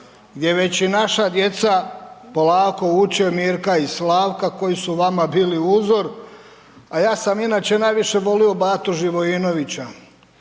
gdje već i naša djeca polako uče Mirka i Slavka koji su vama bili uzor, a ja sam inače najviše volio Batu Živoinovića.